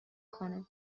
کنه